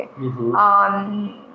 okay